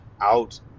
out